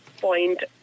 point